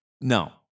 No